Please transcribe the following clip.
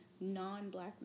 non-black